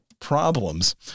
problems